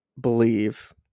believe